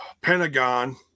Pentagon